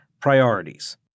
priorities